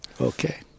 Okay